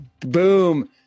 Boom